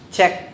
Check